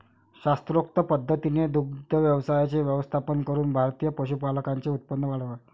शास्त्रोक्त पद्धतीने दुग्ध व्यवसायाचे व्यवस्थापन करून भारतीय पशुपालकांचे उत्पन्न वाढवा